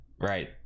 right